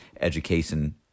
education